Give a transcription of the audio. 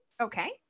okay